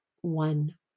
One